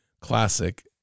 classic